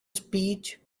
speech